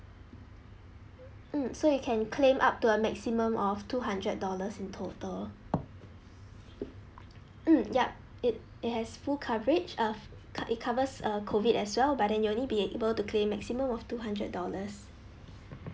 mm so you can claim up to a maximum of two hundred dollars in total um yup it it has full coverage uh it covers a COVID as well but then you'll only be able to claim maximum of two hundred dollars